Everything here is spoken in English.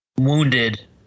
wounded